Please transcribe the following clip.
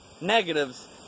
negatives